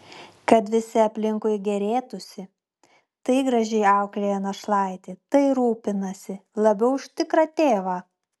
kad visi aplinkui gėrėtųsi tai gražiai auklėja našlaitį tai rūpinasi labiau už tikrą tėvą